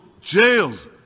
jails